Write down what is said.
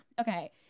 okay